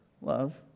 love